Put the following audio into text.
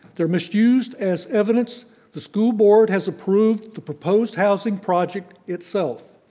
they're misused as evidence the school board has approved the proposed housing project itself.